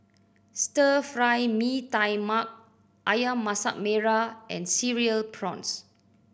Stir Fry Mee Tai Mak Ayam Masak Merah and Cereal Prawns